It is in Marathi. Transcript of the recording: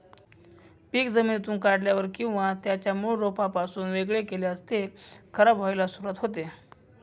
पीक जमिनीतून काढल्यावर किंवा त्याच्या मूळ रोपापासून वेगळे केल्यास ते खराब व्हायला सुरुवात होते